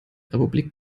republik